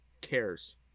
cares